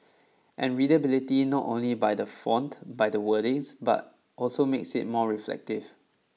and readability not only by the font by the wordings but also makes it more reflective